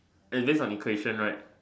it's based on equation right